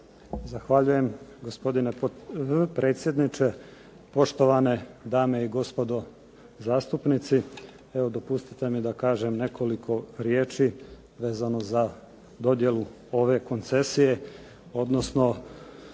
Zahvaljujem gospodine potpredsjedniče. Poštovane dame i gospodo zastupnice i zastupnici. Evo dopustite mi da kažem nekoliko riječi vezano za dodjelu ove koncesije, odnosno